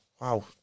wow